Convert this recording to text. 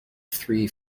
three